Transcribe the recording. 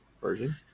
version